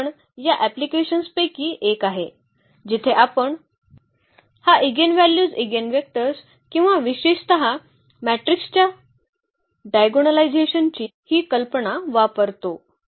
तर आपण या अँप्लिकेशन्सपैकी एक आहे जिथे आपण हा इगेनव्ह्ल्यूज ईगेनवेक्टर्स किंवा विशेषत मॅट्रिक्सच्या डायगोनलायझेशनची ही कल्पना वापरतो